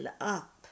up